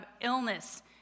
illness